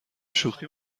شوخی